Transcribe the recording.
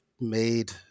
made